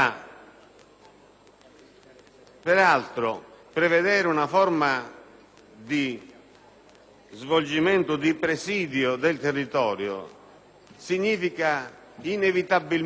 Peraltro, prevedere una forma di svolgimento dell'attività di presidio del territorio significa, inevitabilmente,